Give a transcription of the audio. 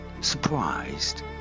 surprised